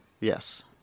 Yes